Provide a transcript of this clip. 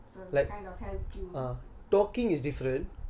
from that kind of help to